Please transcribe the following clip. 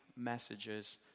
Messages